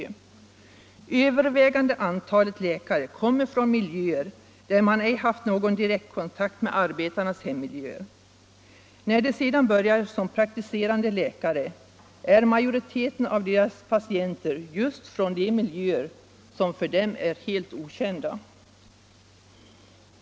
Det övervägande antalet läkare kommer från miljöer där man ej haft någon direkt kontakt med arbetarnas hemmiljöer. När de sedan börjar som praktiserande läkare, kommer majoriteten av deras pa tienter just från de miljöer som för dem är helt okända.